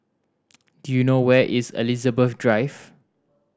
do you know where is Elizabeth Drive